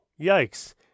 Yikes